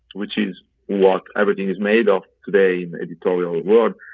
which is what everything is made of today in editorial world,